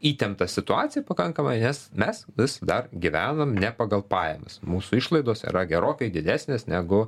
įtemptą situaciją pakankamai nes mes vis dar gyvenam ne pagal pajamas mūsų išlaidos yra gerokai didesnės negu